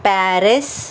Paris